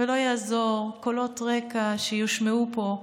ולא יעזרו קולות רקע שיושמעו פה,